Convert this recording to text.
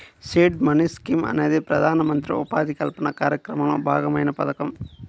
seed money scheme అనేది ప్రధానమంత్రి ఉపాధి కల్పన కార్యక్రమంలో భాగమైన పథకం